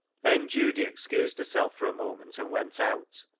then judy excused herself for a moment and went out.